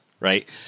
right